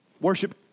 Worship